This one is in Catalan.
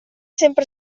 sempre